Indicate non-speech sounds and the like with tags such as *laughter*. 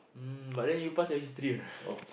mm but then you pass your history or not *breath*